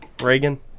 Reagan